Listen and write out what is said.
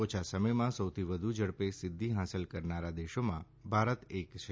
ઓછા સમયમાં સૌથી વધુ ઝડપે સિધ્ધિ હાંસલ કરનારા દેશોમાંથી ભારત એક છે